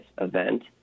event